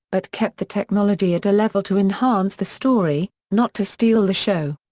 but kept the technology at a level to enhance the story, not to steal the show.